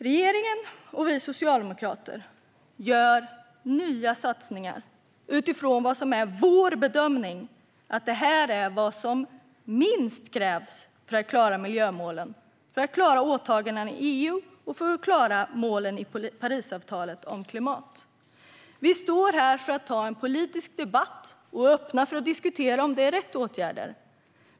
Regeringen och vi socialdemokrater gör nya satsningar utifrån vad som är vår bedömning: att detta är vad som minst krävs för att klara miljömålen, för att klara åtaganden i EU och för att klara målen i Parisavtalet om klimat. Vi står här för att ta en politisk debatt och är öppna för att diskutera om detta är rätt åtgärder.